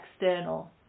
external